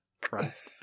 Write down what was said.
Christ